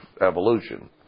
evolution